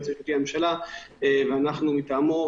היועץ המשפטי לממשלה ואנחנו כשלוחיו,